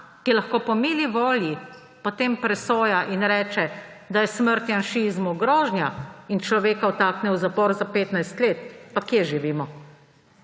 ki lahko po mili volji potem presoja in reče, da je »Smrt janšizmu« grožnja, in človeka vtakne v zapor za 15 let?! Pa kje živimo?